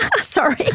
sorry